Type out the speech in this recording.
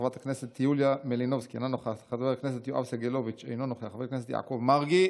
חברת הכנסת קרן ברק,